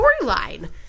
storyline